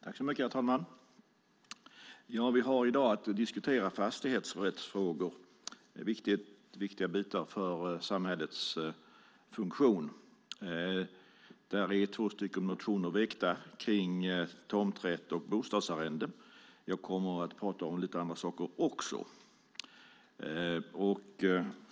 Herr talman! Vi har i dag att diskutera fastighetsrättsfrågor. Det är viktiga bitar för samhällets funktion. Två motioner har väckts kring tomträtt och bostadsarrende. Jag kommer att prata om lite andra saker också.